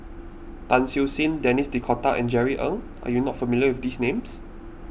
Tan Siew Sin Denis D'Cotta and Jerry Ng are you not familiar with these names